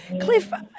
Cliff